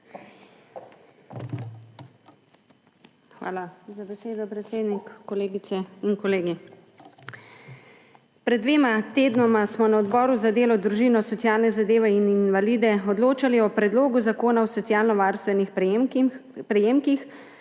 Hvala za besedo, predsednik. Kolegice in kolegi! Pred dvema tednoma smo na Odboru za delo, družino, socialne zadeve in invalide odločali o predlogu zakona o socialno varstvenih prejemkih,